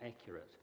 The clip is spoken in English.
accurate